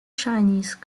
chinese